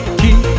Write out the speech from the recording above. keep